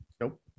Nope